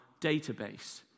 database